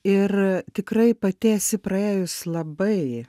ir tikrai pati esi praėjus labai